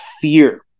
fear